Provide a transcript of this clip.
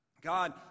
God